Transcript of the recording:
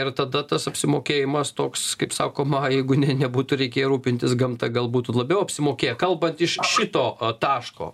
ir tada tas apsimokėjimas toks kaip sakoma jeigu ne nebūtų reikėję rūpintis gamta gal būtų labiau apsimokėję kalbant iš šito taško